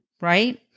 right